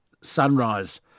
Sunrise